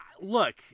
Look